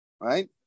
Right